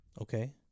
Okay